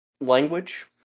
language